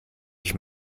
ich